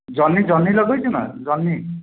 ଜହ୍ନି ଜହ୍ନି ଲଗାଇଛୁ ନା ଜହ୍ନି